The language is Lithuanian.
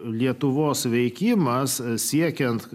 lietuvos veikimas siekiant